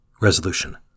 RESOLUTION